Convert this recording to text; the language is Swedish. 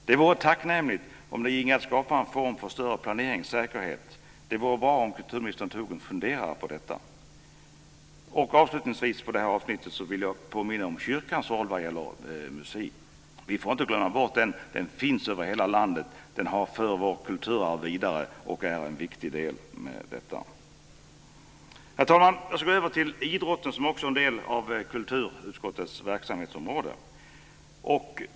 Det vore tacknämligt om det ginge att skapa en form för större planeringssäkerhet. Det vore bra om kulturministern tog sig en funderare på detta. Avslutningsvis vill jag, när det gäller det här avsnittet, påminna om kyrkans roll när det gäller musik. Vi får inte glömma bort kyrkan. Den finns över hela landet. Den har fört vårt kulturarv vidare och är en viktig del i detta. Herr talman! Jag ska gå över till idrotten, som också är en del av kulturutskottets verksamhetsområde.